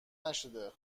نشده